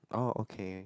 oh okay